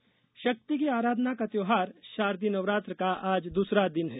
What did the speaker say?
नवरात्र शक्ति की आराधना का त्यौहार शारदीय नवरात्र का आज द्रसरा दिन है